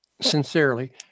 sincerely